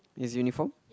his uniform